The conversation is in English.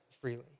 freely